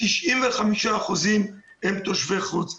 95% הם תושבי חוץ,